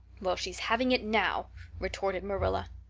well, she's having it now retorted marilla.